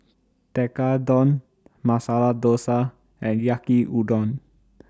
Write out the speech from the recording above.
Tekkadon Masala Dosa and Yaki Udon